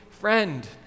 friend